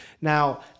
Now